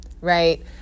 right